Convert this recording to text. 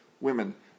women